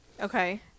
Okay